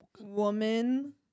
Woman